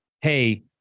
Hey